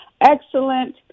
excellent